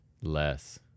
Less